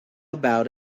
about